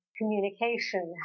communication